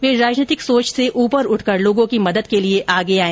वे राजनैतिक सोच से उपर उठकर लोगों की मदद के लिए आगे आए